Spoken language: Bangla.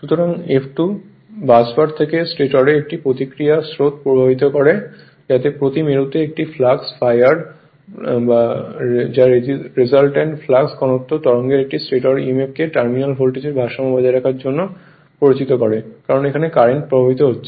সুতরাং F2 বাসবার থেকে স্টেটরে একটি প্রতিক্রিয়া স্রোত প্রবাহিত করে যাতে প্রতি মেরুতে একটি ∅r ফ্লাক্স যা রেসালট্যান্ট ফ্লাক্স ঘনত্ব তরঙ্গের একটি স্টেটর emf কে টার্মিনাল ভোল্টেজের ভারসাম্য বজায় রাখতে প্ররোচিত করে কারণ এখানে কারেন্ট প্রবাহিত হচ্ছে